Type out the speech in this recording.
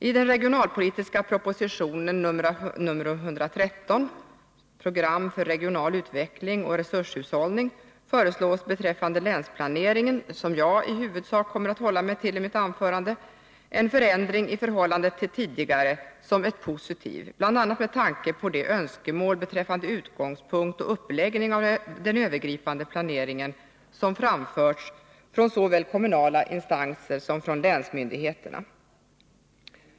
I den regionalpolitiska propositionen nr 113, Program för regional utveckling och resurshushållning, föreslås beträffande länsplaneringen — som jag i huvudsak kommer att hålla mig till i mitt anförande — en förändring i förhållande till tidigare planering, som är positivt, bl.a. med tanke på de önskemål beträffande utgångspunkt och uppläggning av den övergripande planeringen som framförts från såväl kommunala instanser som länsmyndigheterna.